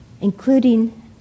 including